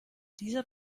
dieser